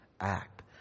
act